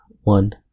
one